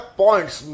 points